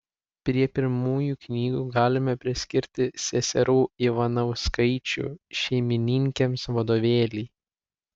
prie pirmųjų knygų galime priskirti seserų ivanauskaičių šeimininkėms vadovėlį